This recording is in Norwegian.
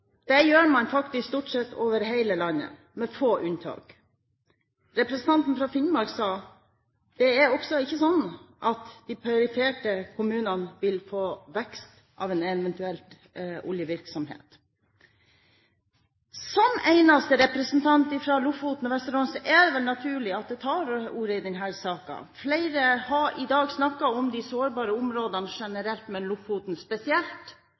Det gjør man stort sett over hele landet, med få unntak. Representanten fra Finnmark sa at det er ikke slik at de perifere kommunene vil få vekst på grunn av en eventuell oljevirksomhet. Som eneste representant fra Lofoten og Vesterålen er det vel naturlig at jeg tar ordet i denne saken. Flere har i dag snakket om de sårbare områdene generelt, men Lofoten spesielt.